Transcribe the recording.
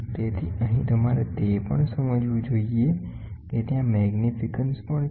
તેથી અહીં તમારે તે પણ સમજવું જોઈએ કે ત્યાં વિસ્તૃતિકરણ પણ છે